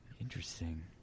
Interesting